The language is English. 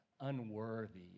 unworthy